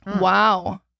Wow